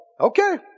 okay